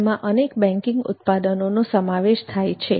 તેમાં અનેક બેંકીંગ ઉત્પાદનો નો સમાવેશ થાય છે